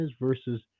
versus